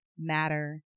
matter